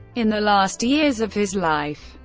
in the last years of his life,